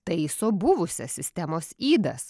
taiso buvusias sistemos ydas